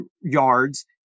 yards